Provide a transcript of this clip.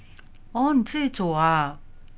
哦你自煮啊